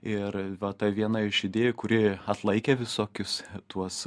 ir va ta viena iš idėjų kuri atlaikė visokius tuos